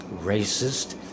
Racist